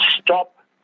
stop